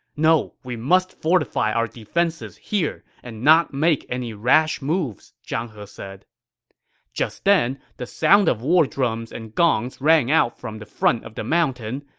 no, we must fortify our defenses here and not make any rash moves, zhang he said just then, the sound of war drums and gongs rang out from the front of the mountain,